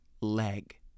leg